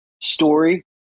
story